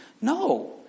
No